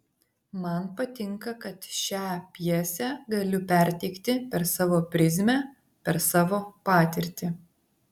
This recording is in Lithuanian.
man patinka kad šią pjesę galiu perteikti per savo prizmę per savo patirtį